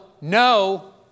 no